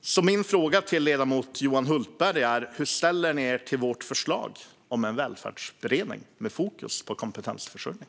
Min fråga till ledamoten Johan Hultberg är: Hur ställer ni er till vårt förslag om en välfärdsberedning med fokus på kompetensförsörjning?